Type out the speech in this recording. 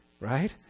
right